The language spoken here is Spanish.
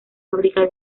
fábrica